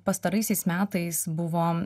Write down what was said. pastaraisiais metais buvo